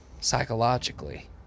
psychologically